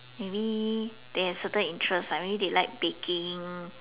maybe they have certain interest like maybe they like baking